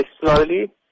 slowly